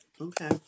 Okay